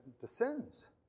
descends